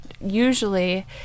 usually